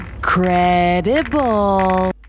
Credible